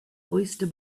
oyster